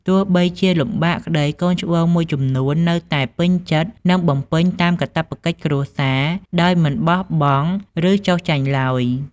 ទោះបីជាលំបាកក្ដី កូនច្បងមួយចំនួននៅតែពេញចិត្តនឹងបំពេញតាមកាតព្វកិច្ចគ្រួសារ ដោយមិនបោះបង់ ឬ ចុះចាញ់ឡើយ។